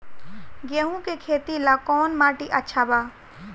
गेहूं के खेती ला कौन माटी अच्छा बा?